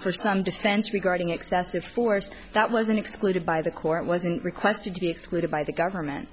for some defense regarding excessive force that wasn't exploited by the court wasn't requested to be excluded by the government